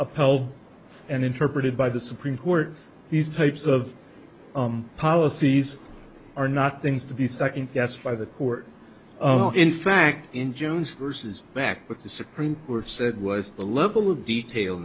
poll and interpreted by the supreme court these types of policies are not things to be second guessed by the court in fact in jones versus back but the supreme court said was the level of detail